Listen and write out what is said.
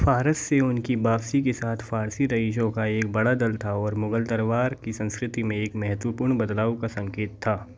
फारस से उनकी वापसी के साथ फ़ारसी रईसों का एक बड़ा दल था और मुगल दरबार की संस्कृति में एक महत्वपूर्ण बदलाव का संकेत था